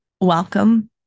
Welcome